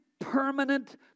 permanent